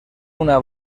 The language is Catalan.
una